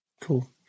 Cool